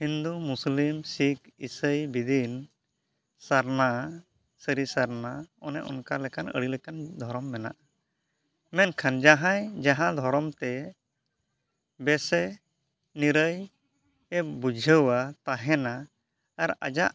ᱦᱤᱱᱫᱩ ᱢᱩᱥᱞᱤᱢ ᱥᱤᱠᱷ ᱤᱥᱟᱹᱭ ᱵᱤᱫᱤᱱ ᱥᱟᱨᱱᱟ ᱥᱟᱹᱨᱤ ᱥᱟᱨᱱᱟ ᱚᱱᱮ ᱚᱱᱠᱟ ᱞᱮᱠᱟᱱ ᱟᱹᱰᱤ ᱞᱮᱠᱟᱱ ᱫᱷᱚᱨᱚᱢ ᱢᱮᱱᱟᱜᱼᱟ ᱢᱮᱱᱠᱷᱟᱱ ᱡᱟᱦᱟᱸᱭ ᱡᱟᱦᱟᱸ ᱫᱷᱚᱨᱚᱢ ᱛᱮ ᱵᱮᱥᱮ ᱱᱤᱨᱟᱹᱭ ᱮ ᱵᱩᱡᱷᱟᱹᱣᱟ ᱛᱟᱦᱮᱱᱟ ᱟᱨ ᱟᱡᱟᱜ